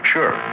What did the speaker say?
Sure